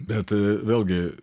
bet vėlgi